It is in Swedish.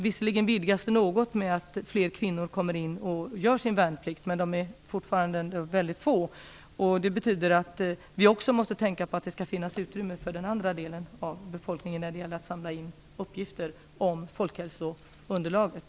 Visserligen vidgas det något i och med att fler kvinnor gör sin värnplikt, men de är fortfarande väldigt få. Det betyder att vi också måste tänka på att det skall finnas utrymme för den andra delen av befolkningen när det gäller att samla in uppgifter om folkhälsounderlaget.